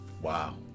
Wow